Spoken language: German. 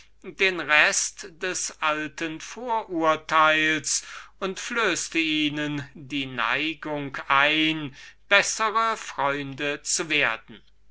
den rest des alten vorurteils und flößte ihnen dispositionen ein bessere freunde zu werden